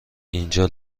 اینجا